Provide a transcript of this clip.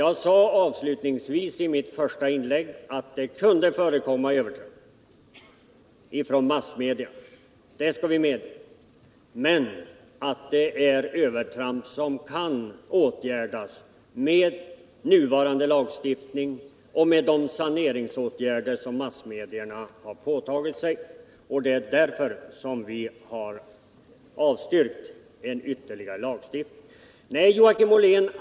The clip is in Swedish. Jag sade avslutningsvis i mitt första inlägg att det kan förekomma övertramp från massmedia, och det skall vi medge, men att det är övertramp som kan åtgärdas med nuvarande lagstiftning och de saneringsåtgärder som massmedierna har påtagit sig. Det är därför vi har avstyrkt en ytterligare lagstiftning.